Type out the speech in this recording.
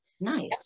nice